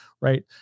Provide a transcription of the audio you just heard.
right